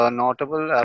notable